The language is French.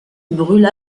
brûla